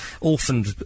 orphaned